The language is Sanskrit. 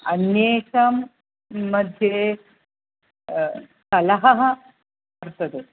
अन्येषां मध्ये कलहः वर्तते